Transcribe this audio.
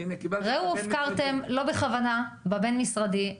ראו הופקרתם לא בכוונה בבין-משרדי.